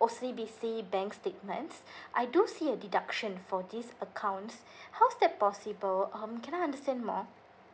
O_C_B_C bank's statements I do see a deduction from this accounts how's that possible um can I understand more